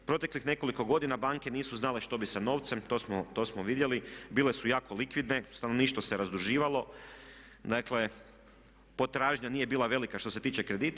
Proteklih nekoliko godina banke nisu znale što bi sa novce, to smo vidjeli, bile su lako likvidne, stanovništvo se razduživalo, dakle potražnja nije bila velika što se tiče kredita.